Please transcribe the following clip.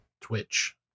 Twitch